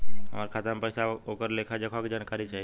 हमार खाता में पैसा ओकर लेखा जोखा के जानकारी चाही?